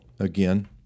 again